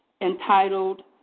entitled